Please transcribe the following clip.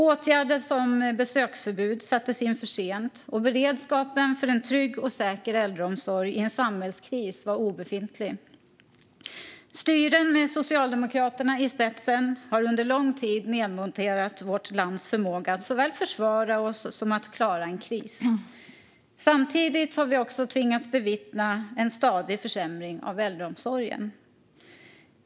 Åtgärder som besöksförbud sattes in för sent, och beredskapen för en trygg och säker äldreomsorg i en samhällskris var obefintlig. Styren med Socialdemokraterna i spetsen har under lång tid nedmonterat vårt lands förmåga att såväl försvara oss som klara en kris. Samtidigt har vi tvingats bevittna en stadig försämring av äldreomsorgen.